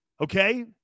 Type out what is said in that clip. Okay